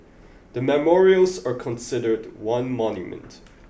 the memorials are considered one monument